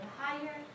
higher